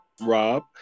Rob